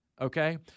okay